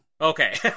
Okay